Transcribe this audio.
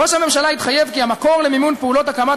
ראש הממשלה התחייב כי המקור למימון פעולות הקמת